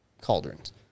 cauldrons